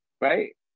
Right